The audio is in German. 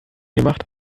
gemacht